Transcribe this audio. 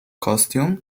costume